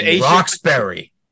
Roxbury